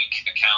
account